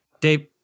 Dave